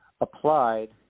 applied